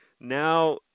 now